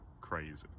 crazy